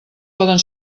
poden